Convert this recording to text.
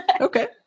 Okay